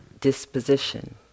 disposition